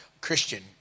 Christian